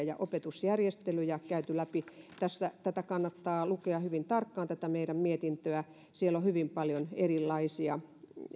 ja opetusjärjestelyjä käyty läpi kannattaa lukea hyvin tarkkaan tätä meidän mietintöämme siellä on hyvin paljon erilaisia